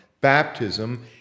baptism